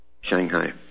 Shanghai